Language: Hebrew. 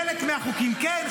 חלק מהחוקים כן,